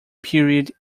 period